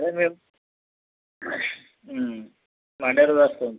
సరే మేము మండే రోజు వస్తం